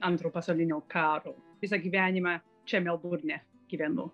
antro pasaulinio karo visą gyvenimą čia melburne gyvenu